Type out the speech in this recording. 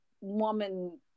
woman